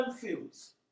fields